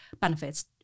benefits